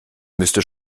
müsste